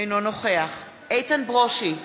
אינו נוכח איתן ברושי,